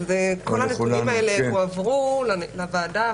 כל הנתונים האלה הועברו לוועדה,